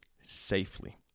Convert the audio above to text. safely